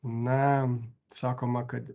na sakoma kad